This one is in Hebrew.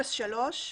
בטופס 3,